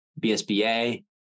BSBA